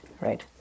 right